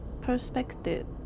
perspective